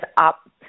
up